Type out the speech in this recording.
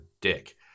dick